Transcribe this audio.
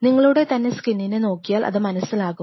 നിങ്ങളുടെ തന്നെ സ്കിന്നിന്നെ നോക്കിയാൽ അത് മനസിലാകും